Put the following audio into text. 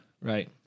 Right